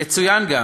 יצוין גם